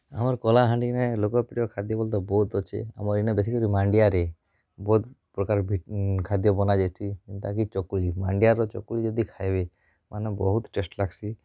ଆମର୍ କଳାହାଣ୍ଡିନେ ଲୋକପ୍ରିୟ ଖାଦ୍ୟ ବଏଲେ ତ ବହୁତ୍ ଅଛେ ଆମର୍ ଇନେ ବେଶୀ କରି ମାଣ୍ଡିଆରେ ବହୁତ୍ ପ୍ରକାର୍ ଖାଦ୍ୟ ବନା ଯାଏସି ଯେନ୍ତାକି ଚକୁଳି ମାଣ୍ଡିଆର ଚକୁଳି ଯଦି ଖାଏବେ ମାନେ ବହୁତ୍ ଟେଷ୍ଟ୍ ଲାଗ୍ସି